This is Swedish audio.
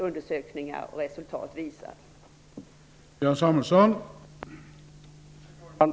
Undersökningar och resultat har redan visat att den är god.